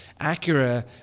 Acura